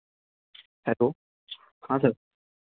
hello हाँ sir